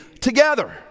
together